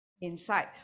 inside